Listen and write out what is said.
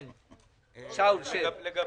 כן, שאול, שב.